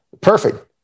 perfect